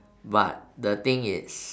but the thing it's